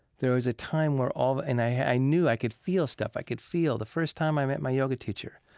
there was a time where all, and i knew i could feel stuff, i could feel. the first time i met my yoga teacher,